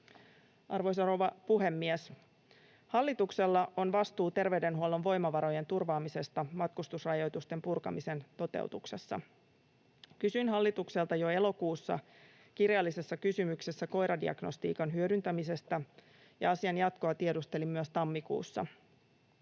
Arvoisa rouva puhemies! Hallituksella on vastuu terveydenhuollon voimavarojen turvaamisesta matkustusrajoitusten purkamisen toteutuksessa. Kysyin hallitukselta jo elokuussa kirjallisessa kysymyksessä koiradiagnostiikan hyödyntämisestä, ja asian jatkoa tiedustelin myös tammikuussa.